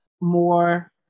more